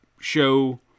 Show